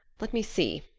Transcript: let me see.